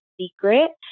secret